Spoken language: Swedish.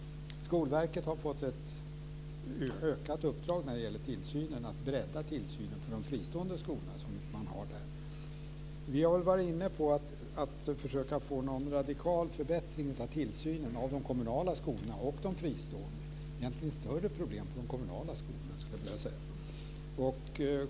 Skolverket har fått ett uppdrag att bredda tillsynen av de fristående skolorna, som ligger där. Vi har väl varit inne på att försöka få en radikal förbättring av tillsynen över de kommunala och de fristående skolorna. Jag skulle egentligen vilja säga att det är ett större problem för de kommunala skolorna.